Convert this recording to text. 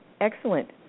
Excellent